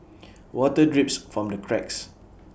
water drips from the cracks